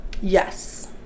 Yes